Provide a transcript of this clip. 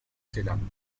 zelanda